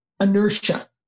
inertia